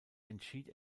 entschied